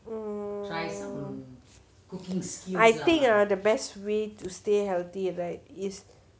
mmhmm I think ah the best way to healthy right is